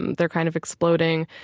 they're kind of exploding.